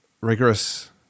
rigorous